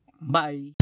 bye